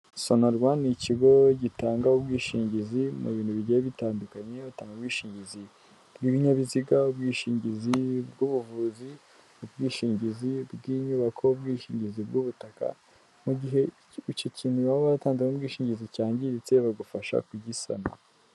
SoNARWA n'ikigo gitanga ubwishingizi mu bintu bigiye bitandukanye iyo batanga ubwishingizi bw'ibinyabiziga ubwishingizi bw'ubuvuzi mu bwishingizi bw'inyubako y'ubwishingizi bw'ubutaka mu gihe icyo kintu baba batanze ubwishingizi cyangiritse bagufasha kugisana.